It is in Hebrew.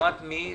אשמת מי?